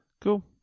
Cool